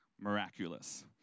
miraculous